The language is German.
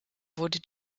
wurde